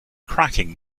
cracking